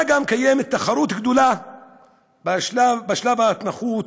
מה גם שקיימת תחרות גדולה בשלב ההתמחות,